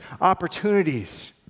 opportunities